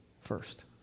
first